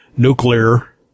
Nuclear